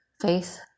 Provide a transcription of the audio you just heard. faith